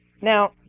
Now